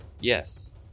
Yes